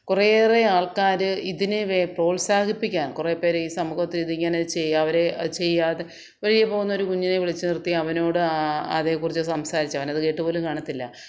കുറേയേറെ ആൾക്കാർ ഇതിനെ പ്രോത്സാഹിപ്പിക്കാൻ കുറേപ്പേർ ഈ സമൂഹത്തിൽ ഇതിങ്ങനെ ചെയ്യുക അവർ അത് ചെയ്യാതെ വഴിയേ പോകുന്ന ഒരു കുഞ്ഞിനെ വിളിച്ചു നിർത്തി അവനോട് ആ അതിനെ കുറിച്ച് സംസാരിച്ച അവൻ അത് കേട്ടുപോലും കാണത്തില്ല